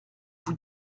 vous